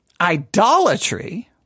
Idolatry